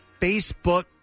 Facebook